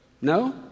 No